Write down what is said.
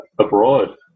abroad